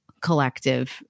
collective